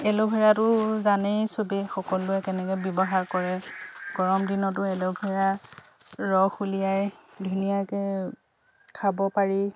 এল'ভেৰাটো জানেই চবেই সকলোৱে কেনেকৈ ব্যৱহাৰ কৰে গৰম দিনতো এল'ভেৰাৰ ৰস উলিয়াই ধুনীয়াকৈ খাব পাৰি